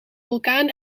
vulkaan